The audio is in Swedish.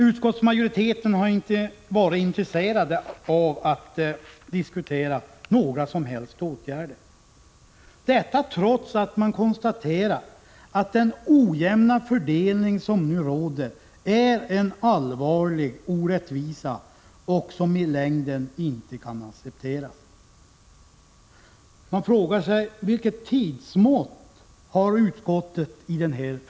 Utskottsmajoriteten har inte varit intresserad av att diskutera några som helst åtgärder, detta trots att man konstaterar att den ojämna fördelning som nu råder är en allvarlig orättvisa som i längden inte kan accepteras. Vilket tidsmått har utskottet i detta ärende?